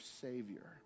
Savior